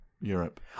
europe